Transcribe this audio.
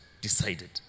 decided